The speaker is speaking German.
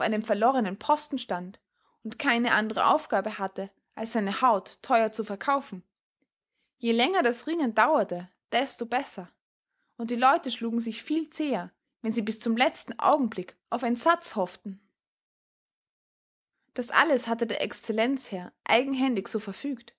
verlorenen posten stand und keine andere aufgabe hatte als seine haut teuer zu verkaufen je länger das ringen dauerte desto besser und die leute schlugen sich viel zäher wenn sie bis zum letzten augenblick auf entsatz hofften das alles hatte der excellenzherr eigenhändig so verfügt